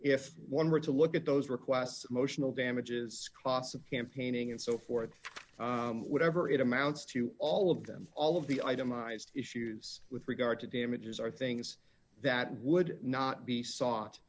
if one were to look at those requests emotional damages costs of campaigning and so forth whatever it amounts to all of them all of the itemized issues with regard to damages are things that would not be sought